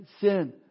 sin